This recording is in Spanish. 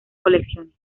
colecciones